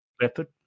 Leopard